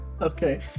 Okay